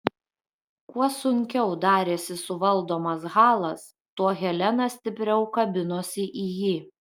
kuo sunkiau darėsi suvaldomas halas tuo helena stipriau kabinosi į jį